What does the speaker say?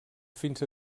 fins